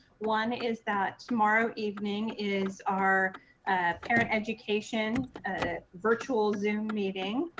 one is that tomorrow evening is our parent education, ah virtual zoom meeting.